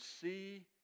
see